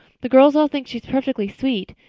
the girls all think she is perfectly sweet.